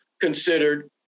considered